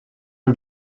are